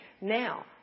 Now